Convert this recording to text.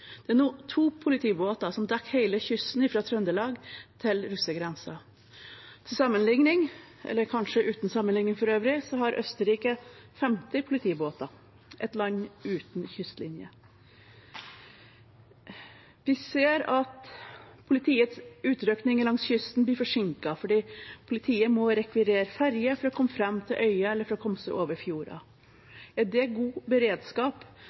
Det er nå to politibåter som dekker hele kysten fra Trøndelag til russergrensen. Til sammenligning, eller kanskje uten sammenligning for øvrig, har Østerrike, et land uten kystlinje, 50 politibåter. Vi ser at politiets utrykninger langs kysten blir forsinket fordi politiet må rekvirere ferje for å komme fram til øyer eller komme seg over fjorder. Er det god beredskap